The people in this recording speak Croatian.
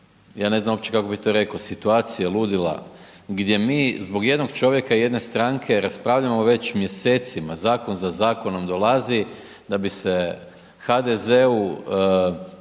ja ne znam uopće kako bi to rekao, situacije, ludila, gdje mi zbog jednog čovjeka jedne stranke raspravljamo već mjesecima, zakon za zakonom dolazi da bi se HDZ-u